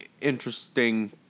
interesting